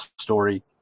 story